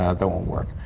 ah that won't work.